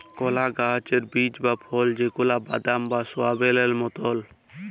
কলা গাহাচের বীজ বা ফল যেগলা বাদাম বা সয়াবেল মতল